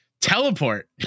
teleport